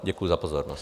Děkuji za pozornost.